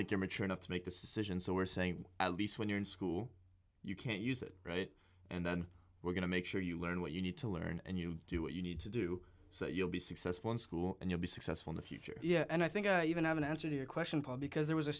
think you're mature enough to make decisions so we're saying when you're in school you can't use it right and then we're going to make sure you learn what you need to learn and you do what you need to do so you'll be successful in school and you'll be successful in the future yeah and i think i even have an answer to your question paul because there was a